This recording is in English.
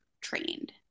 trained